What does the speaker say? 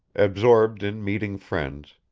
absorbed in meeting friends,